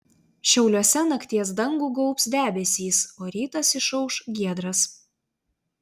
šiauliuose nakties dangų gaubs debesys o rytas išauš giedras